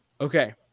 Okay